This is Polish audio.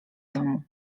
domu